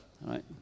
right